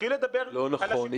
נתחיל לדבר --- לא נכון.